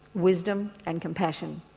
wisdom and compassion.